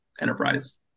enterprise